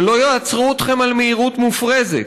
שלא יעצרו אתכם על מהירות מופרזת.